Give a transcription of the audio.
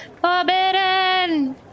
Forbidden